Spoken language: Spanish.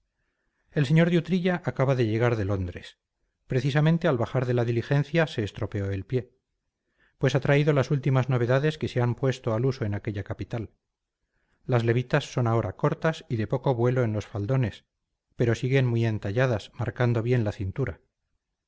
el sr de utrilla acaba de llegar de londres precisamente al bajar de la diligencia se estropeó el pie pues ha traído las últimas novedades que se han puesto al uso en aquella capital las levitas son ahora cortas y de poco vuelo en los faldones pero siguen muy entalladas marcando bien la cintura